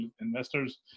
investors